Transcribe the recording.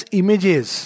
images